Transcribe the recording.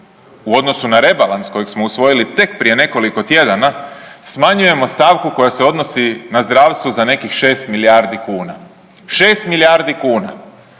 u odnosu na rebalans kojeg smo usvojili tek prije nekoliko tjedana smanjujemo stavku koja se odnosi na zdravstvo za nekih 6 milijardi kuna, 6 milijardi kuna.